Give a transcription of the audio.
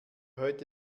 heute